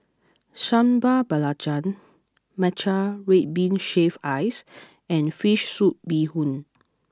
Sambal Belacan Matcha Red Bean Shaved Ice and Fish Soup Bee Hoon